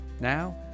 Now